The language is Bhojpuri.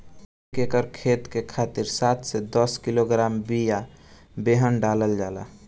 एक एकर खेत के खातिर सात से दस किलोग्राम बिया बेहन डालल जाला?